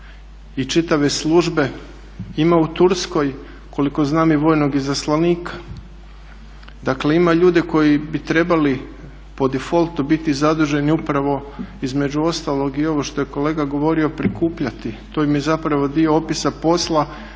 i čitave službe, ima u Turskoj koliko znam i vojnog izaslanika, dakle ima ljude koji bi trebali po difoltu biti zaduženi upravo između ostalog i ovo što je kolega govorio prikupljati, to im je zapravo dio opisa posla